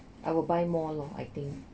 I will buy more lor I think